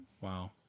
Wow